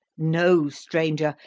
know, stranger,